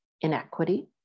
inequity